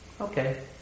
okay